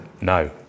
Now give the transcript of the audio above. No